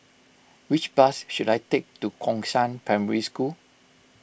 which bus should I take to Gongshang Primary School